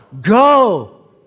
Go